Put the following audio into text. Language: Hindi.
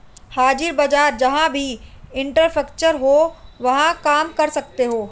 हाजिर बाजार जहां भी इंफ्रास्ट्रक्चर हो वहां काम कर सकते हैं